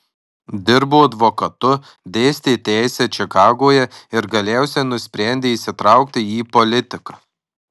dirbo advokatu dėstė teisę čikagoje ir galiausiai nusprendė įsitraukti į politiką